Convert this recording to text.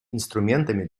инструментами